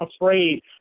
afraid